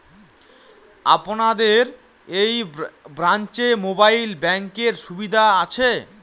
আপনাদের এই ব্রাঞ্চে মোবাইল ব্যাংকের সুবিধে আছে?